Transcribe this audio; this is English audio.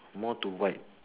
more to white